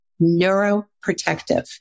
neuroprotective